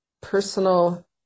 personal